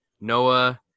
Noah